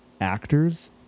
actors